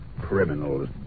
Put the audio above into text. Criminals